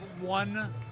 one